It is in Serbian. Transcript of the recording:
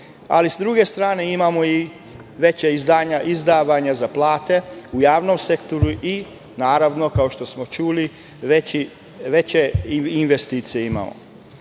ali sa druge strane imamo i veća izdvajanja za plate u javnom sektoru, i naravno, kao što smo čuli, veće investicije imamo.